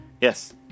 Yes